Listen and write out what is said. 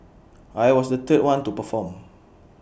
I was the third one to perform